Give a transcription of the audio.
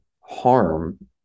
harm